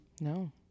No